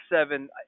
seven